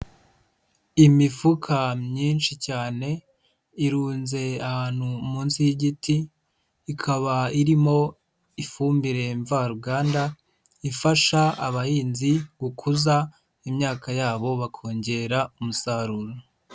Imifuka myinshi cyane irunze ahantu munsi y'igiti, ikaba irimo ifumbire mvaruganda ifasha abahinzi gukuza imyaka yabo bakongera umusaruro.